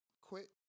quit